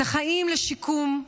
את החיים לשיקום,